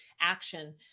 action